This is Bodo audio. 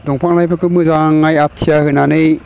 दंफां लाइफांखौ मोजाङै आथिया होनानै